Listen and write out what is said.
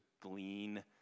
glean